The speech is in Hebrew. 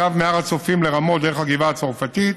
קו מהר הצופים לרמות דרך הגבעה הצרפתית,